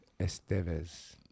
Estevez